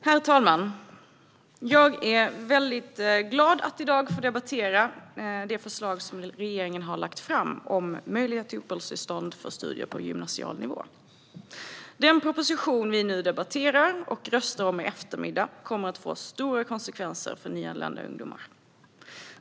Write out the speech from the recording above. Herr talman! Jag är väldigt glad över att i dag få debattera det förslag som regeringen har lagt fram om möjlighet till uppehållstillstånd för studier på gymnasial nivå. Den proposition vi nu debatterar och röstar om i eftermiddag kommer att få stora konsekvenser för nyanlända ungdomar.